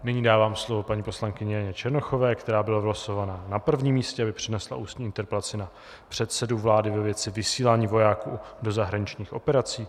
Nyní dávám slovo paní poslankyni Janě Černochové, která byla vylosována na prvním místě, aby přednesla ústní interpelaci na předsedu vlády ve věci vysílání vojáků do zahraničních operací.